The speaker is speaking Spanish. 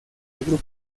grupo